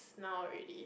now already